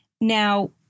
Now